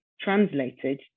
translated